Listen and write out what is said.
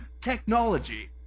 technology